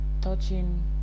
touching